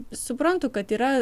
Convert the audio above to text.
suprantu kad yra